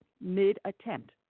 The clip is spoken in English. mid-attempt